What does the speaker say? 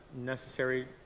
necessary